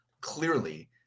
clearly